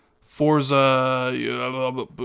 Forza